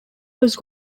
was